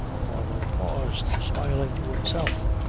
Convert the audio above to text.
marlow paused, smiling to himself.